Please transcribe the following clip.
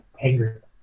anger